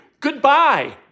Goodbye